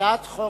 הצעת חוק-יסוד: